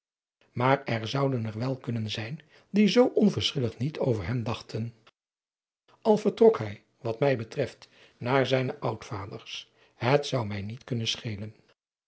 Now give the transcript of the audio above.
maar er zouden er wel kunnen zijn die zoo onverschillig niet over hem dachten al vertrok hij wat mij betreft naar zijne oudvaders het zou mij niet kunnen schelen